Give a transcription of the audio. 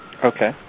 Okay